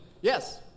Yes